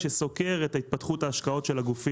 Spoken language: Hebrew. שסוקר את התפתחות ההשקעות של הגופים